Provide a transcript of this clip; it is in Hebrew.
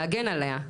להגן עליה?